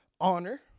honor